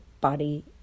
body